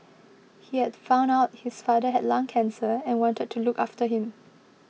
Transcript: he had found out his father had lung cancer and wanted to look after him